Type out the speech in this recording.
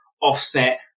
offset